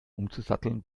umzusatteln